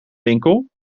winkel